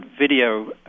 video